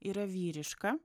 yra vyriška